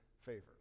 favor